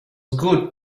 good